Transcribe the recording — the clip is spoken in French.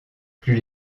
plus